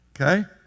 okay